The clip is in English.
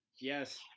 Yes